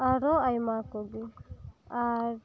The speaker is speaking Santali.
ᱟᱨᱚ ᱟᱭᱢᱟ ᱠᱚᱜᱮ ᱟᱨ